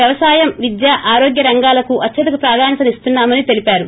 వ్యవసాయం విద్య ఆరోగ్య రంగాలకు అత్యధిక ప్రాధాన్యత నిస్తున్నా మని తెలిపారు